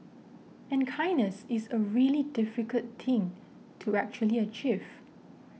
and kindness is a really difficult thing to actually achieve